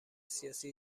سیاسی